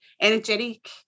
energetic